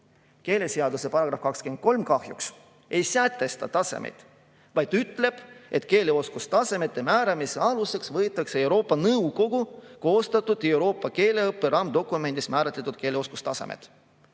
Keeleseaduse § 23 ei sätesta tasemeid, vaid ütleb, et keeleoskustasemete määramise aluseks võetakse Euroopa Nõukogu koostatud Euroopa keeleõppe raamdokumendis määratletud keeleoskustasemed.